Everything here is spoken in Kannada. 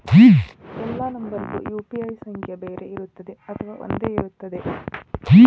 ಎಲ್ಲಾ ನಂಬರಿಗೂ ಯು.ಪಿ.ಐ ಸಂಖ್ಯೆ ಬೇರೆ ಇರುತ್ತದೆ ಅಥವಾ ಒಂದೇ ಇರುತ್ತದೆ?